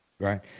Right